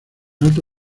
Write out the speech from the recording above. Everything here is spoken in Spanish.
alto